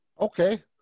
okay